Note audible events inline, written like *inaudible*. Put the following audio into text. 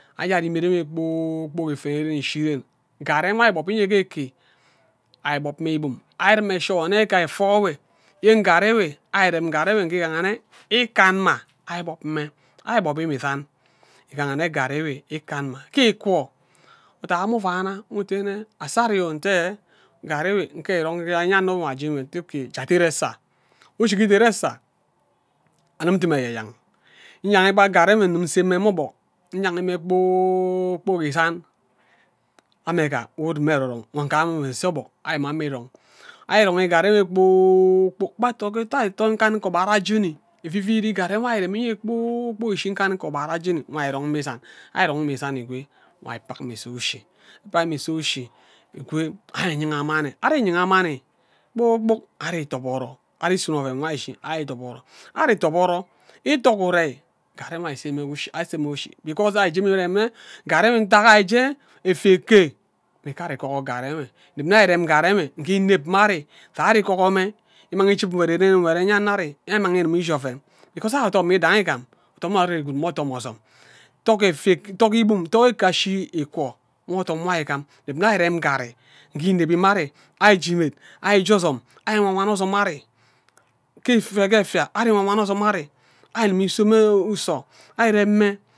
Ayad imed enwe kpor kpok ishi ern ngari nwo ari igpob ke eke ari igbob mme ke ibam ari iri mme sure nne ke afor enwe yen ngari enwe ari mem agari nwo ari irime sure nne ike afa ewe yen ngarri ewe ke igaha nne ikom mma ari igbob mme ari igbobi mme isan ivi ga hara nne ngarri enwe ikan mma ke igwo odai mm uvana ngu udo nne ate asa ari *unintelligible* ngarri awe nkere irong je eyan nno ari aje nkwed ndo mme nte okay ja deri esa iyik udere esa anim ndim eyeyan nyangi gba ngarri enwe ndime nse mme obok nyagi mme kpor kpok isan ame gha udimi erong ngam nue se obok ari bong ngarri enwe kpor kpok gba *unintelligible* nkanika ugbara jeni iviviri garri nwo ari iremi inye kpor kpok ishi nkanika ogbari iyeni nkwe ari irong mme isa ikwe ari pack mme ise ushi pack mme ise ushi ari nyinga mani nyinga mani kpor kpok ari iduboro ari suno oven nwo ari ishi ari iduboro ito ke urei garri enwe ari semme ushi ari see mme ushi because ari jen mme irem nne ngarri *unintelligible* ije efia eke before ari igugor ngarri enwe ineb mma arri imang mme igim ughuru ren nne nkwed enya anno ari ari imang igima ishi oven because ari odom nwi idangi igam odom ari gwud mme adom ozom *hesitation* tour ke eke ashi ke ikwo nwo odom nwo ari gam nne ari irem ngarri ineb inye ari ari je imed ari je ozom ari wawana ozom ari ke *hesitation* efia ari wabuana ozom ari ari inim ise mme uso ari irem mme